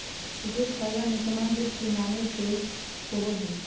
asset खाता में सामान्य रूप से नामे शेष होबय हइ